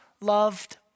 loved